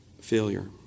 Failure